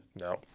No